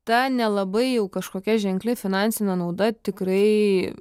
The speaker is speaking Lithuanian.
ta nelabai jau kažkokia ženkli finansinė nauda tikrai